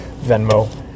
Venmo